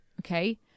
Okay